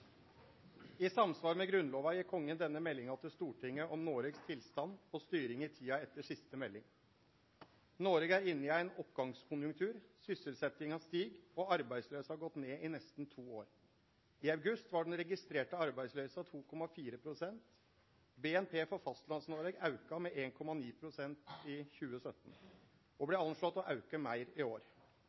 I samsvar med Grunnlova gir Kongen denne meldinga til Stortinget om Noregs tilstand og styring i tida etter siste melding. Noreg er inne i ein oppgangskonjunktur. Sysselsetjinga stig, og arbeidsløysa har gått ned i nesten to år. I august var den registrerte arbeidsløysa 2,4 pst. BNP for Fastlands-Noreg auka med 1,9 pst. i 2017 og blir anslått å auke meir i år.